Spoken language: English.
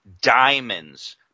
diamonds